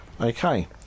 Okay